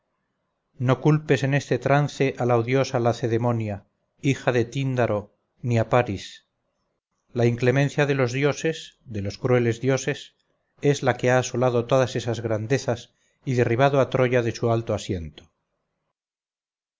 no culpes en este trance a la odiosa lacedemonia hija de tíndaro ni a paris la inclemencia de los dioses de los crueles dioses es la que ha asolado todas esas grandezas y derribado a troya de su alto asiento